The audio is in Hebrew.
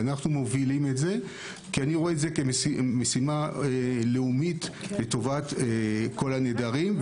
אנו מובילים את זה כי אני רואה זאת משימה לאומית לטובת כל הנעדרים.